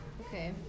Okay